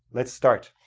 let's start.